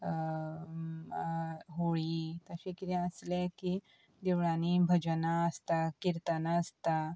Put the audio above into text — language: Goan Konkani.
होळी तशें किदें आसले की देवळांनी भजनां आसता किर्तना आसता